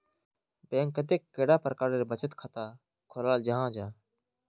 Bank कतेक कैडा प्रकारेर बचत खाता खोलाल जाहा जाहा?